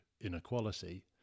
inequality